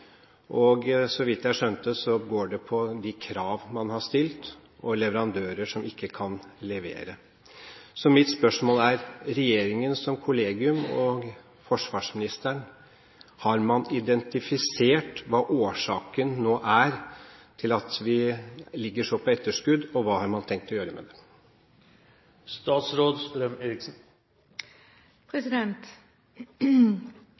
Og så vidt jeg skjønte, går det på de krav man har stilt, og leverandører som ikke kan levere. Mitt spørsmål er: Har regjeringen som kollegium og forsvarsministeren identifisert hva årsaken nå er til at vi ligger så på etterskudd – og hva har man tenkt å gjøre med